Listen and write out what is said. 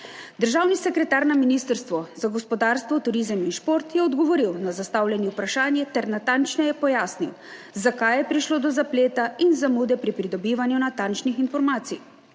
Državni sekretar na Ministrstvu za gospodarstvo, turizem in šport je odgovoril na zastavljeno vprašanje ter natančneje pojasnil, zakaj je prišlo do zapleta in zamude pri pridobivanju natančnih informacij